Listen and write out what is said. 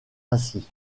ainsi